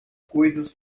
coisas